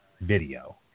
video